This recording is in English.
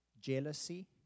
jealousy